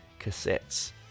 cassettes